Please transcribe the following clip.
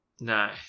No